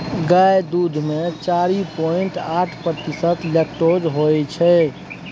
गाय दुध मे चारि पांइट आठ प्रतिशत लेक्टोज होइ छै